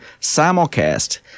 simulcast